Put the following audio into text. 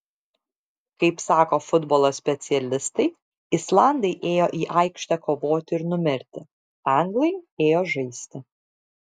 kaip sako futbolo specialistai islandai ėjo į aikštę kovoti ir numirti anglai ėjo žaisti